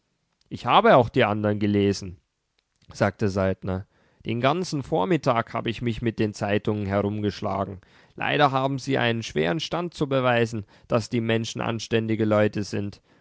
ich habe auch die andern gelesen sagte saltner den ganzen vormittag habe ich mich mit den zeitungen herumgeschlagen leider haben sie einen schweren stand zu beweisen daß die menschen anständige leute sind